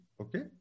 Okay